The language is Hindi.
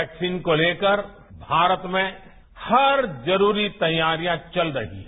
वैक्सीन को लेकर भारत में हर जरूरी तैयारियां चल रही हैं